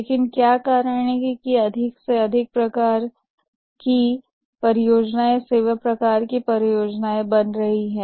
लेकिन क्या कारण है कि अधिक से अधिक परियोजनाएं सेवा प्रकार की परियोजनाएं बन रही हैं